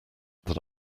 that